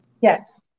Yes